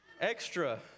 Extra